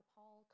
Paul